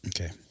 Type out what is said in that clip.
Okay